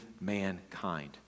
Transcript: mankind